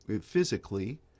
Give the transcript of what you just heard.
physically